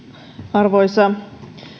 arvoisa